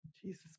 Jesus